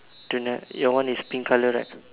do not your one is pink colour right